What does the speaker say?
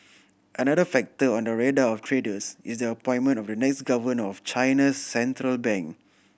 another factor on the radar of traders is the appointment of the next governor of China's central bank